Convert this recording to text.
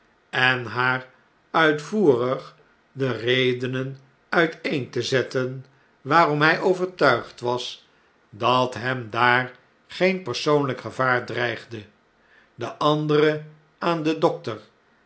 en haar uitvoerig de redenen uiteen te zetten waarom jig overtuigd was dat hem daar geen persoonlh'k gevaar dreigde de andere aan den dokter